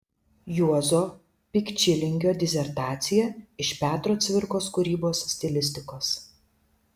juozo pikčilingio disertacija iš petro cvirkos kūrybos stilistikos